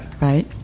Right